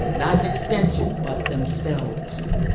not an extension, but themselves.